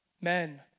Men